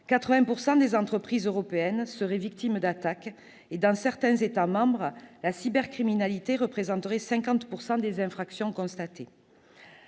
80 % des entreprises européennes seraient victimes d'attaques et, dans certains États membres, la cybercriminalité représenterait 50 % des infractions constatées.